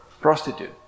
prostitute